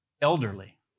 elderly